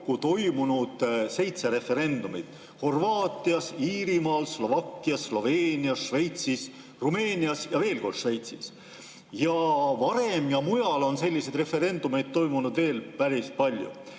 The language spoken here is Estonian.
toimunud seitse referendumit: Horvaatias, Iirimaal, Slovakkias, Sloveenias, Šveitsis, Rumeenias ja veel kord Šveitsis. Varem ja mujal on selliseid referendumeid toimunud veel päris palju.